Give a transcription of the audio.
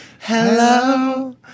Hello